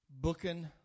booking